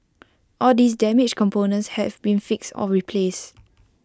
all these damaged components have been fixed or replaced